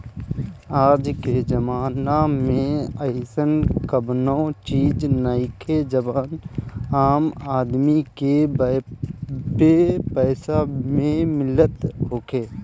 आजके जमाना में अइसन कवनो चीज नइखे जवन आम आदमी के बेपैसा में मिलत होखे